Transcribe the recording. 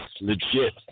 legit